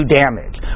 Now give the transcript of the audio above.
damage